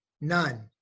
None